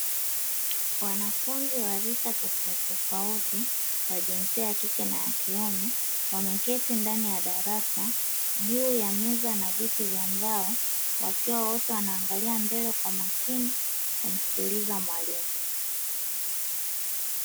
Wanafunzi wa rika tofautitofauti wa rika la kike na kiume, wameketi ndani ya darasa juu ya meza na viti vya mbao. Wote wakiwa wanangalia mbele kwa makini kumsikiliza mwalimu.